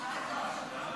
הצעת החוק של קרויזר?